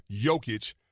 Jokic